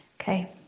Okay